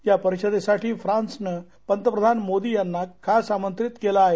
या परिषदेसाठी फ्रान्स नं पंतप्रधान मोदी यांना खास आमंत्रित केलं आहे